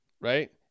right